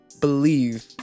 believe